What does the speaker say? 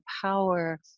power